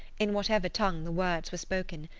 in whatever tongue the words were spoken.